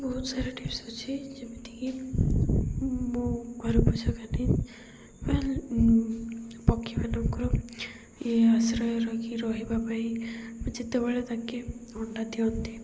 ବହୁତ ସାରା ଟିପ୍ସ ଅଛି ଯେମିତିକି ମୁଁ ଘରୁ ପଛ କାନି ବା ପକ୍ଷୀମାନଙ୍କର ଇଏ ଆଶ୍ରୟ ରଖି ରହିବା ପାଇଁ ଯେତେବେଳେ ତାଙ୍କେ ଅଣ୍ଡା ଦିଅନ୍ତି